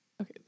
Okay